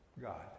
God